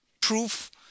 proof